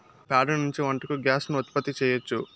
ప్యాడ నుంచి వంటకు గ్యాస్ ను ఉత్పత్తి చేయచ్చు